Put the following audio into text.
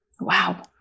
Wow